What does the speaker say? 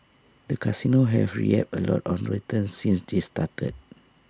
the casinos have reaped A lot of returns since they started